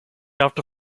after